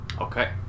Okay